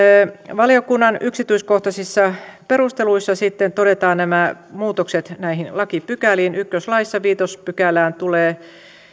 valiokunnan yksityiskohtaisissa perusteluissa sitten todetaan nämä muutokset näihin lakipykäliin ensimmäisessä laissa viidenteen pykälään tulee